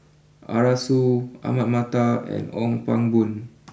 Arasu Ahmad Mattar and Ong Pang Boon